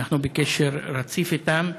אנחנו בקשר רציף איתן,